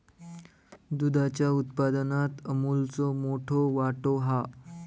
दुधाच्या उत्पादनात अमूलचो मोठो वाटो हा